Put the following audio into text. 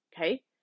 Okay